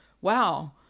wow